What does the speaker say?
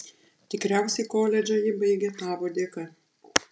tikriausiai koledžą ji baigė tavo dėka